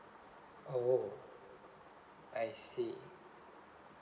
oh I see